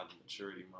maturity